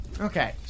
Okay